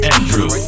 Andrew